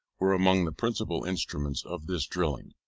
were among the principal instruments of this drilling.